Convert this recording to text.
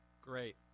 Great